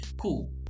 cool